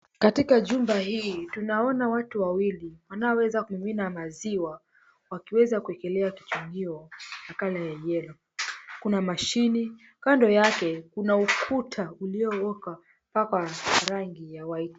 Katika jumba hii tunaona watu wawili wanaoweza kumimina maziwa wakiweza kuwekelea kichungio ya colour ya yellow . Kuna mashini, kando yake kuna uliopakwa rangi ya white .